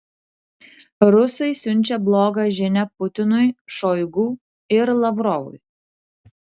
rusai siunčia blogą žinią putinui šoigu ir lavrovui